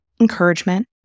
encouragement